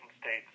states